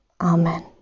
amen